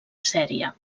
sèrie